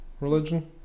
religion